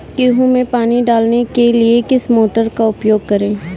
गेहूँ में पानी डालने के लिए किस मोटर का उपयोग करें?